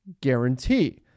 guarantee